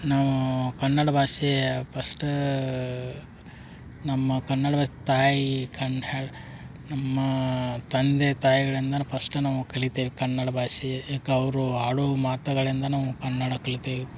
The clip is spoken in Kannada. ನಾವು ಕನ್ನಡ ಭಾಷೆಯ ಫಶ್ಟ ನಮ್ಮ ಕನ್ನಡದ ತಾಯಿ ಕನ್ನಡ ನಮ್ಮ ತಂದೆ ತಾಯಿಗಳಿಂದನ ಫಸ್ಟ್ ನಾವು ಕಲಿತೇವೆ ಕನ್ನಡ ಭಾಷೆ ಯಾಕೆ ಅವರು ಆಡು ಮಾತುಗಳಿಂದ ನಾವು ಕನ್ನಡ ಕಲಿತೇವೆ